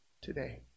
today